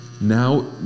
now